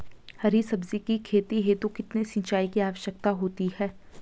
हरी सब्जी की खेती हेतु कितने सिंचाई की आवश्यकता होती है?